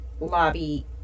lobby